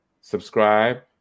subscribe